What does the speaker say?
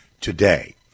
today